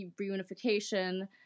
reunification